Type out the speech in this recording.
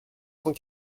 cent